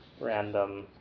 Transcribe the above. random